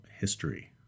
history